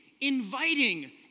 inviting